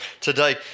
today